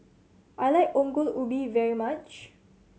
I like Ongol Ubi very much